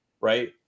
right